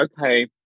okay